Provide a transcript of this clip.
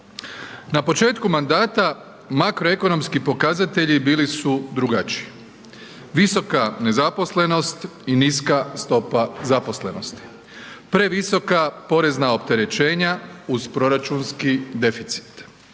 Na početku mandata makroekonomski pokazatelji bili su drugačiji. Visoka nezaposlenost i niska stopa zaposlenosti, previsoka porezna opterećenja uz proračunski deficit,